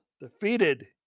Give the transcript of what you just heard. defeated